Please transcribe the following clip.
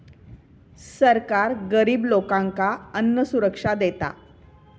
सरकार गरिब लोकांका अन्नसुरक्षा देता